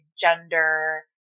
gender